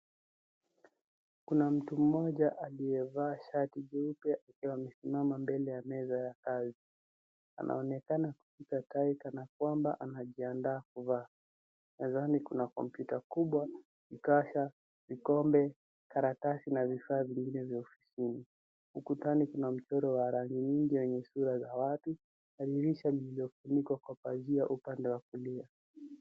Kuna mtu mmoja aliyevaa shati jeupe akiwa amesimama mbele ya meza na kawi. Anaonekana kushika tai kana kwamba anajiandaa kuvaa. Mezani kuna kompyuta kubwa, mkasha, vikombe, karatasi na vifaa vingine vya ofisini. Ukutani kuna mchoro wa rangi nyingi wenye sura za watu na dirisha lililofunikwa kwa pazia upande wa kulia.